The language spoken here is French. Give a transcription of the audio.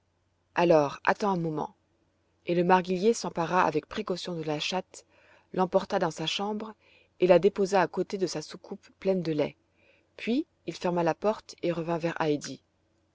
alors attends un moment et le marguillier s'empara avec précaution de la chatte l'emporta dans sa chambre et la déposa à côté de sa soucoupe pleine de lait puis il ferma la porte et revint vers heidi